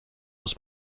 muss